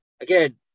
Again